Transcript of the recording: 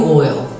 oil